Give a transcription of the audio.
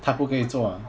她不可以做